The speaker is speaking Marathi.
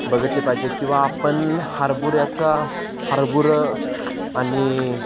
बघितले पाहिजे किंवा आपण हरभऱ्याचा हरभरे आणि